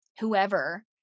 whoever